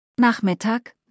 Nachmittag